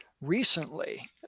recently